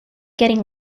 getting